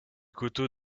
coteau